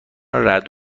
رعد